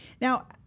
Now